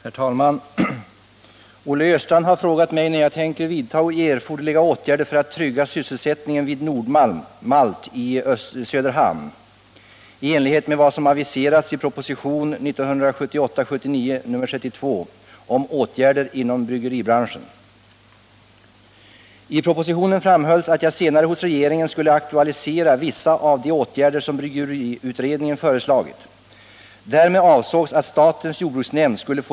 Bryggeriutredningen som avlämnade ett betänkande i augusti 1978 föreslog bl.a. åtgärder för att trygga fortsatt produktion och sysselsättning vid Nord-Malt AB i Söderhamn. Dessa bestod i en översyn av exportbidraget och importavgiften på malt. Dessutom skulle möjligheten prövas att avskriva hälften av uteliggande lokaliseringslån om 8 395 000 kr. i samband med att en översyn av ägarfrågan gjordes. På sikt borde också, enligt utredningen, den svenska maltproduktionen inom Nord-Malt och Pripps samordnas.